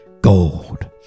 gold